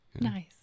Nice